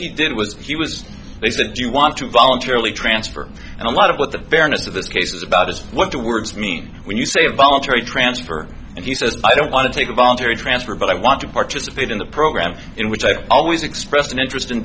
you did was he was they said do you want to voluntarily transfer and a lot of what the fairness of this case is about is what the words mean when you say a voluntary transfer and he says i don't want to take a voluntary transfer but i want to participate in the program in which i always expressed an interest in